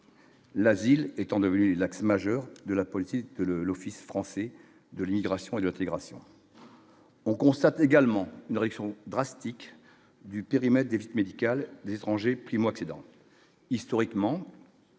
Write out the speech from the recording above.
l'asile étant devenue l'axe majeur de la politique le l'Office français de l'immigration, intégration. On constate également une réaction drastique du périmètre d'élite médicale d'étrangers, puis